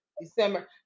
December